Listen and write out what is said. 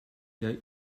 der